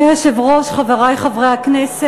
רק תרשום ששגיתי בהצבעה.